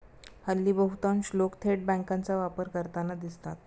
हल्ली बहुतांश लोक थेट बँकांचा वापर करताना दिसतात